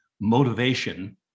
motivation